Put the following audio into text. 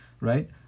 right